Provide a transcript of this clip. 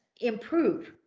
improve